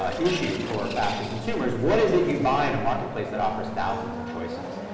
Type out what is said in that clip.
ah issue for fashion consumers. what is it you buy in a marketplace that offers thousands of choices?